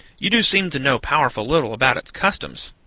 you do seem to know powerful little about its customs.